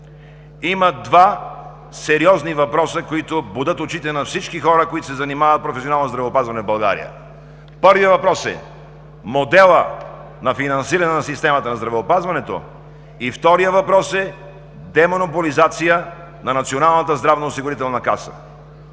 има два сериозни въпроса, които бодат очите на всички хора, които се занимават професионално със здравеопазване в България. Първият въпрос е моделът на финансиране на системата на здравеопазването. Вторият въпрос е демонополизация на Националната здравноосигурителна каса.